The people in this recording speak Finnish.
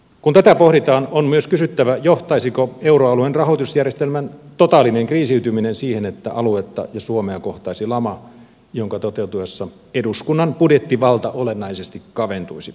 kun tätä pohditaan on myös kysyttävä johtaisiko euroalueen rahoitusjärjestelmän totaalinen kriisiytyminen siihen että aluetta ja suomea kohtaisi lama jonka toteutuessa eduskunnan budjettivalta olennaisesti kaventuisi